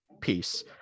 Peace